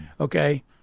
Okay